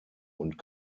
und